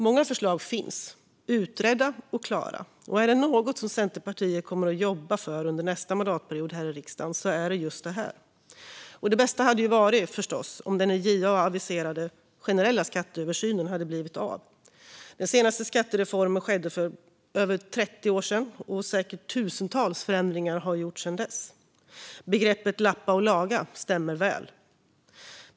Många förslag finns utredda och klara, och är det något som Centerpartiet kommer att jobba för under nästa mandatperiod här i riksdagen är det just detta. Det bästa hade förstås varit om den i januariavtalet aviserade generella skatteöversynen hade blivit av. Den senaste skattereformen skedde för över 30 år sedan, och säkert tusentals förändringar är gjorda sedan dess. Begreppet "lappa och laga" stämmer väl.